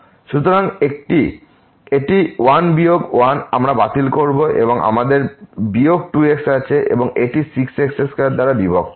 সুতরাং এটি 1 বিয়োগ 1 আমরা বাতিল করব এবং আমাদের বিয়োগ 2x আছে এবংএটি 6 x2দ্বারা বিভক্ত